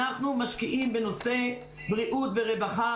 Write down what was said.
אנחנו משקיעים בנושא בריאות ורווחה